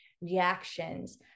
reactions